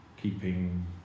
keeping